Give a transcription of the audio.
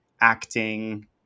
acting